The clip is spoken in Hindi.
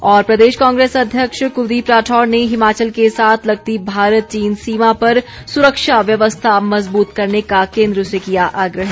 और प्रदेश कांग्रेस अध्यक्ष कुलदीप राठौर ने हिमाचल के साथ लगती भारत चीन सीमा पर सुरक्षा व्यवस्था मजबूत करने का केंद्र से किया आग्रह